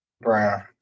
Brown